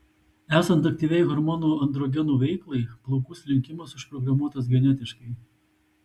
esant aktyviai hormonų androgenų veiklai plaukų slinkimas užprogramuotas genetiškai